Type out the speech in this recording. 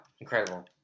incredible